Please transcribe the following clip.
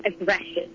aggression